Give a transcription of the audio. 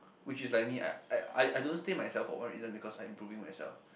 which is like I need I I I don't stay myself for one reason because I improving myself